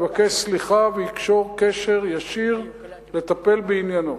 יבקש סליחה ויקשור קשר ישיר לטפל בעניינו.